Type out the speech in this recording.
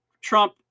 Trump